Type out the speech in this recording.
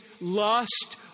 lust